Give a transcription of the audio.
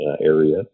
area